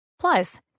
Plus